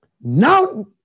Now